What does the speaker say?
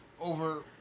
Over